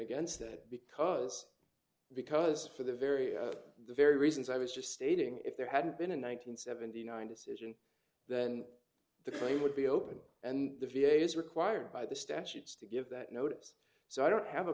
against that because because for the very the very reasons i was just stating if there hadn't been an one nine hundred seventy nine decision then the cream would be open and the v a is required by the statutes to give that notice so i don't have a